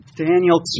Daniel